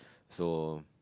so